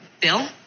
bill